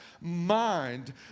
mind